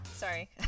Sorry